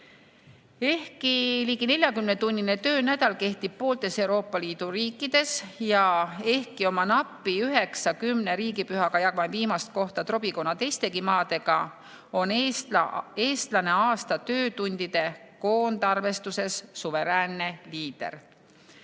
Ehkki ligi 40-tunnine töönädal kehtib pooltes Euroopa Liidu riikides ja ehkki me oma napi üheksa-kümne riigipühaga jagame viimast kohta trobikonna teistegi maadega, on eestlane aasta töötundide koondarvestuses suveräänne liider.